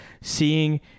seeing